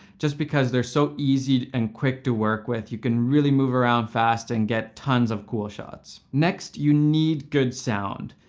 just because they're so easy and quick to work with. you can really move around fast and get tons of cool shots. next, you need good sound.